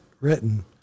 written